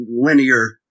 linear